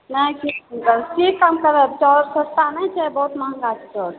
नहि गलती कौन करब चाउर सस्ता नहि छै बहुत महङ्गा छै चाउर